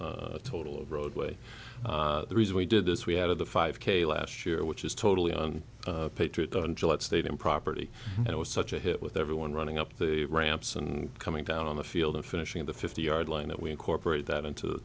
miles total of roadway the reason we did this we had of the five k last year which is totally on patriot undulate stadium property and it was such a hit with everyone running up the ramps and coming down on the field and finishing the fifty yard line that we incorporated that into the